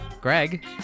Greg